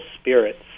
Spirits